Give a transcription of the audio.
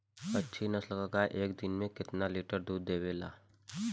अच्छी नस्ल क गाय एक दिन में केतना लीटर दूध देवे ला?